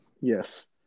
Yes